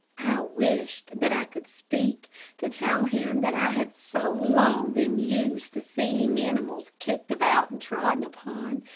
i wished that i could speak to tell him that i had so long been used to seeing animals kicked about and trodden upon,